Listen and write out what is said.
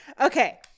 okay